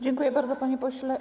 Dziękuję bardzo, panie pośle.